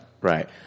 right